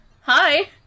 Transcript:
hi